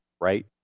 right